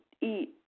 eat